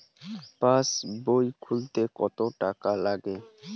পাশবই খুলতে কতো টাকা লাগে?